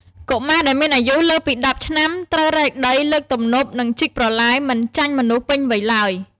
កុមារដែលមានអាយុលើសពី ១០ ឆ្នាំ ត្រូវរែកដី លើកទំនប់ និងជីកប្រឡាយមិនចាញ់មនុស្សពេញវ័យឡើយ។